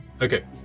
okay